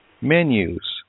menus